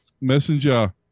messenger